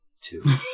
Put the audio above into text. Two